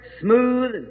smooth